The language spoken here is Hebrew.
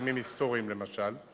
הסכמים היסטוריים למשל,